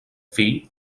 fill